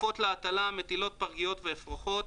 "עופות להטלה" מטילות, פרגיות ואפרוחות,